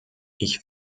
ich